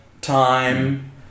time